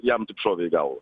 jam taip šovė į galvą